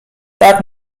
tak